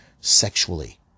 sexually